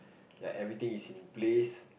ya everything is in place